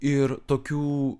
ir tokių